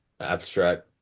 Abstract